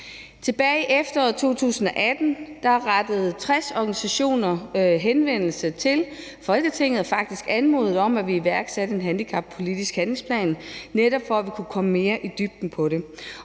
Tilbage i efteråret 2018 rettede 60 organisationer henvendelse til Folketinget og faktisk anmodede om, at vi iværksatte en handicappolitisk handlingsplan netop for, at vi kunne komme mere i dybden med det.